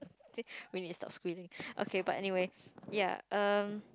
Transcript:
we need to stop screaming okay but anyway ya um